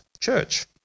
church